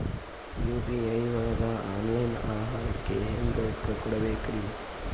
UPI ಒಳಗ online ಆಹಾರಕ್ಕೆ ಹೆಂಗ್ ರೊಕ್ಕ ಕೊಡಬೇಕ್ರಿ?